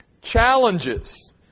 challenges